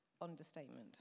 Understatement